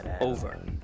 over